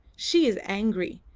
she is angry.